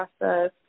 process